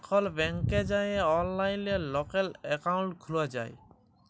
এখল ব্যাংকে যাঁয়ে অললাইলে লকের একাউল্ট খ্যুলা যায়